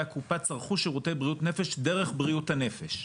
הקופה צרכו שירותי בריאות נפש דרך בריאות הנפש.